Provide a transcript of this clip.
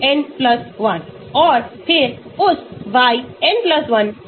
तो यह एक बहुत ही महत्वपूर्ण नियम है अंगूठे का प्रत्येक पैरामीटर का अध्ययन किया जाता है